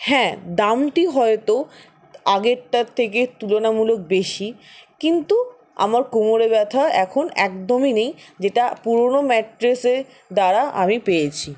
হ্যাঁ দামটি হয়তো আগেরটার থেকে তুলনামূলক বেশি কিন্তু আমার কোমরে ব্যথা এখন একদমই নেই যেটা পুরনো ম্যাট্রেসের দ্বারা আমি পেয়েছি